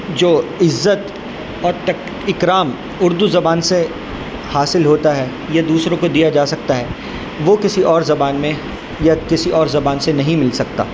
جو عزت اور تک اکرام اردو زبان سے حاصل ہوتا ہے یا دوسروں کو دیا جا سکتا ہے وہ کسی اور زبان میں یا کسی اور زبان سے نہیں مل سکتا